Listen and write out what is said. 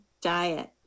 Diet